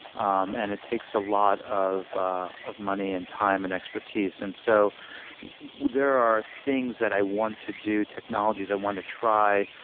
um and it takes a lot of of money and time and expertise. and so there are things that i want to do, technologies i want to try,